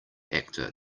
actor